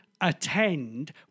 attend